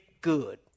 good